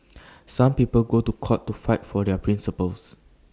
some people go to court to fight for their principles